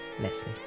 Leslie